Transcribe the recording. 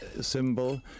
symbol